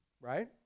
right